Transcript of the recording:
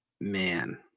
Man